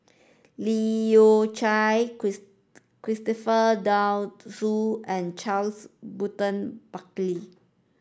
Leu Yew Chye Christopher De Souza and Charles Burton Buckley